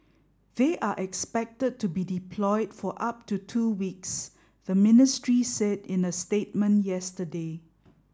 they are expected to be deployed for up to two weeks the ministry said in a statement yesterday